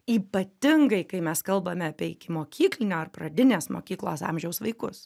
ypatingai kai mes kalbame apie ikimokyklinio ar pradinės mokyklos amžiaus vaikus